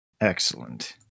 Excellent